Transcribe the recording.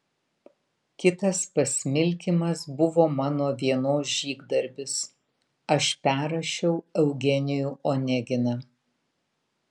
kitas pasmilkymas buvo mano vienos žygdarbis aš perrašiau eugenijų oneginą